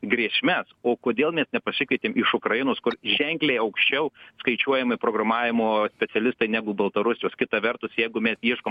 grėsmes o kodėl mes nepasikvietėm iš ukrainos kur ženkliai aukščiau skaičiuojami programavimo specialistai negu baltarusijos kita vertus jeigu mes ieškom